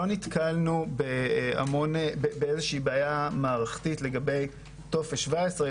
לא נתקלנו באיזו שהיא בעיה מערכתית לגבי טופס 17,